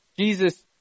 Jesus